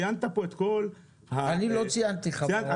ציינת פה את כל --- אני לא ציינתי חברות.